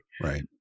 Right